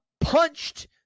punched